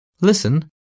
Listen